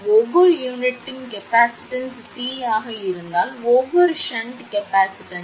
ஒவ்வொரு யூனிட்டின் கொள்ளளவு C ஆக இருந்தால் ஒவ்வொரு ஷன்ட் கொள்ளளவும் 0